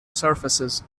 surfaces